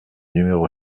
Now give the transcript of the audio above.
numéro